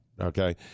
Okay